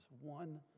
One